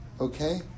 Okay